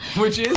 which